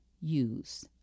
use